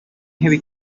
heavy